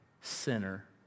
sinner